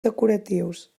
decoratius